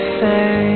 say